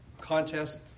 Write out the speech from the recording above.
contest